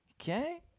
Okay